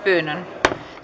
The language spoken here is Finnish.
pyyntöä